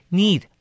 need